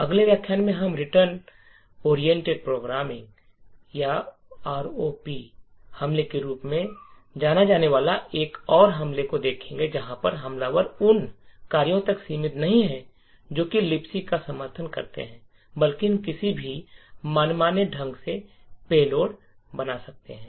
अगले व्याख्यान में हम रिटर्न ओरिएंटेड प्रोग्रामिंग या आरओपी हमले के रूप में जाना जाने वाले एक और हमले को देखेंगे जहां हमलावर उन कार्यों तक सीमित नहीं है जो लिबक का समर्थन करते हैं बल्कि किसी भी मनमाने ढंग से पेलोड बना सकते हैं